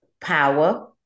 Power